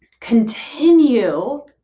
continue